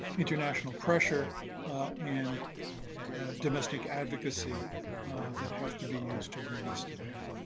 international pressure and domestic advocacy that have to be used to bring this to bear.